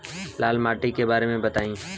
लाल माटी के बारे में बताई